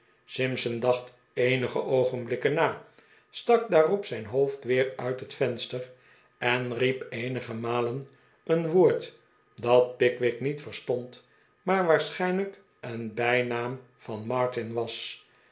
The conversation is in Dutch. simpson dacht eenige oogenblikken na stak daarop zijn hoofd weer uit het venster en riep eenige malen een woord dat pickwick niet verstond maar waarschijnlijk een bijnaam van martin was